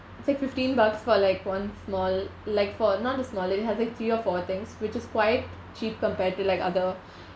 it's like fifteen bucks for like one small like for not that small it has like three or four things which is quite cheap compared to like other